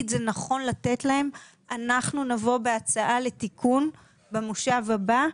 זה נכון לתת להם אנחנו נבוא בהצעה לתיקון במושב הבא.